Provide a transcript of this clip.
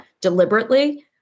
deliberately